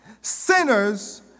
sinners